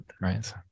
right